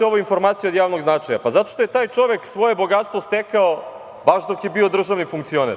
je ovo informacija od javnog značaja? Pa, zato što je taj čovek svoje bogatstvo stekao baš dok je bio državni funkcioner.